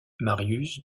marius